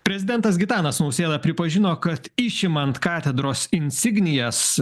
prezidentas gitanas nausėda pripažino kad išimant katedros insignijas